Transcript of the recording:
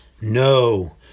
No